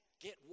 Get